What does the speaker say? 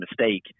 mistake